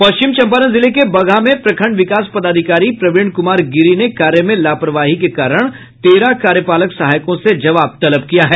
पश्चिम चंपारण जिले के बगहा में प्रखंड विकास पदाधिकारी प्रवीण कुमार गिरी ने कार्य में लापरवाही के कारण तेरह कार्यपालक सहायकों से जवाब तलब किया है